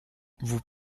vous